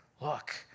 look